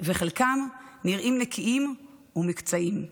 וחלקם נראים נקיים ומהוקצעים.